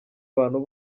abantu